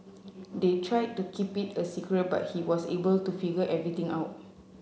they tried to keep it a secret but he was able to figure everything out